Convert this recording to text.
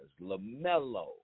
LaMelo